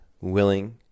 willing